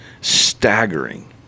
staggering